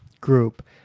group